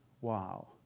Wow